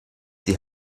die